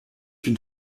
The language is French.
une